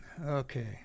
Okay